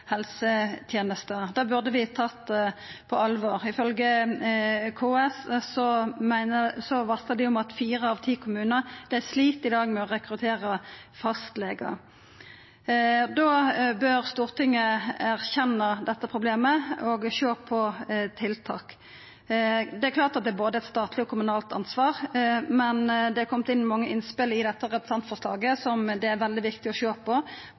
helsetenesta. Det burde vi tatt på alvor. KS har varsla om at fire av ti kommunar slit i dag med å rekruttera fastlegar. Da bør Stortinget erkjenna dette problemet, og sjå på tiltak. Det er både eit statleg og eit kommunalt ansvar. Det er kome mange innspel til dette representantforslaget som det er veldig viktig å sjå på,